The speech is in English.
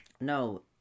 No